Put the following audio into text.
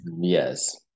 Yes